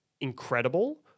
incredible